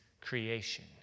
creation